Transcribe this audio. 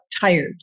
tired